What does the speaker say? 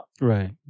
Right